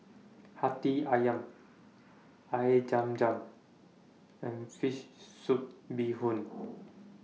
Hati Ayam Air Zam Zam and Fish Soup Bee Hoon